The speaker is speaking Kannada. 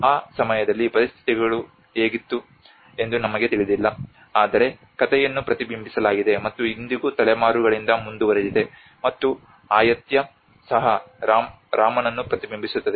ಆ ಸಮಯದಲ್ಲಿ ಪರಿಸ್ಥಿತಿ ಹೇಗಿತ್ತು ಎಂದು ನಮಗೆ ತಿಳಿದಿಲ್ಲ ಆದರೆ ಕಥೆಯನ್ನು ಪ್ರತಿಬಿಂಬಿಸಲಾಗಿದೆ ಮತ್ತು ಇಂದಿಗೂ ತಲೆಮಾರುಗಳಿಂದ ಮುಂದುವರೆದಿದೆ ಮತ್ತು ಆಯುತ್ಯ ಸಹ ರಾಮನನ್ನು ಪ್ರತಿಬಿಂಬಿಸುತ್ತದೆ